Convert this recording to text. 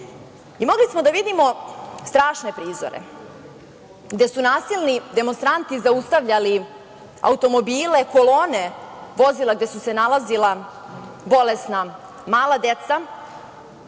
smo da vidimo strašne prizore, gde su nasilni demonstranti zaustavljali automobile, kolone vozila gde su se nalazila bolesna mala deca,